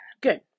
Good